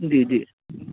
जी जी